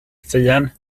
ffeuen